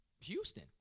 Houston